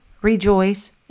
rejoice